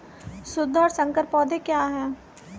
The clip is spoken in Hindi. शुद्ध और संकर पौधे क्या हैं?